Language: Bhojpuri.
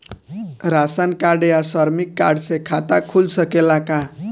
राशन कार्ड या श्रमिक कार्ड से खाता खुल सकेला का?